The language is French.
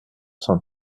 cent